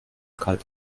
kalt